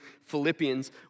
Philippians